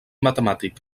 matemàtic